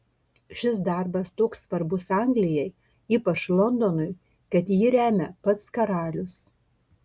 šis darbas toks svarbus anglijai ypač londonui kad jį remia pats karalius